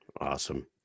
Awesome